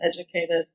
educated